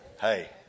Hey